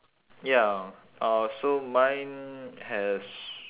ya uh so mine has